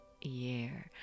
year